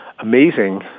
Amazing